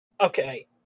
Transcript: okay